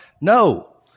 No